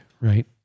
Right